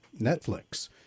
Netflix